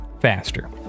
faster